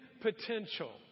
potential